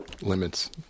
limits